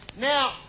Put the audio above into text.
Now